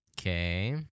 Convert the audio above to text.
Okay